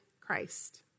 Christ